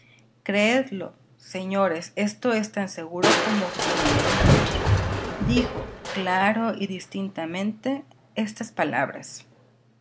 creedlo señores esto es tan seguro como que me he de morir dijo claro y distintamente estas palabras